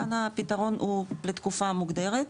כאן הפתרון הוא לתקופה מוגדרת,